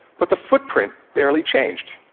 but the footprint barely changed.